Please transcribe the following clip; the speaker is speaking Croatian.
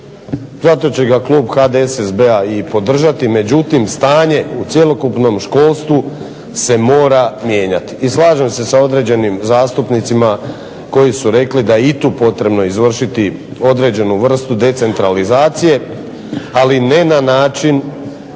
zato će ga Klub HDSSB-a podržati međutim, stanje u cjelokupnom školstvu se mora mijenjati i slažem se sa određenim zastupnicima koji su rekli da je i tu potrebno izvršiti određenu vrstu decentralizacije ali ne na način